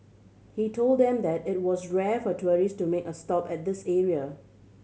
he told them that it was rare for tourist to make a stop at this area